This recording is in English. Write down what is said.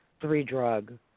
three-drug